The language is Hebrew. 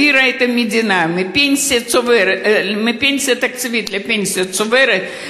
העבירה את המדינה מפנסיה תקציבית לפנסיה צוברת,